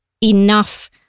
enough